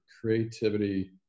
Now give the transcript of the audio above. creativity